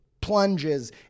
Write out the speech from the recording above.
plunges